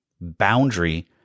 boundary